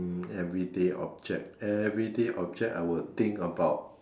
hmm everyday object everyday object I would think about